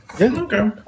Okay